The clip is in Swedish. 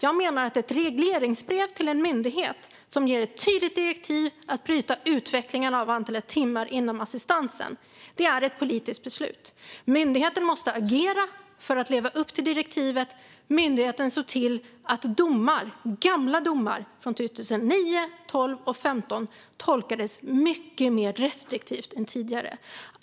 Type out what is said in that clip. Jag menar att ett regleringsbrev till en myndighet som innehåller ett tydligt direktiv att bryta utvecklingen gällande antalet timmar inom assistansen är ett politiskt beslut. Myndigheten måste agera för att leva upp till direktivet, och myndigheten såg till att domar, gamla domar från 2009, 2012 och 2015, tolkades mycket mer restriktivt än tidigare.